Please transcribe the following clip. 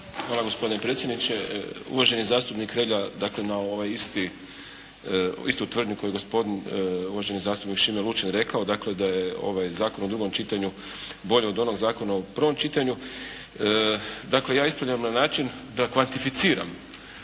Hvala gospodine predsjedniče. Uvaženi zastupnik Hrelja, dakle na ovaj istu tvrdnju koju je gospodin, uvaženi zastupnik Šime Lučin rekao, dakle da je ovaj zakon u drugom čitanju bolji od onog zakona u prvom čitanju. Dakle, ja ispravljam na način da kvantificiram